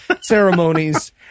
ceremonies